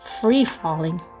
free-falling